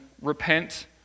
repent